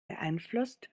beeinflusst